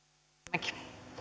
arvoisa puhemies